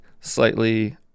slightly